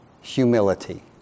Humility